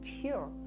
pure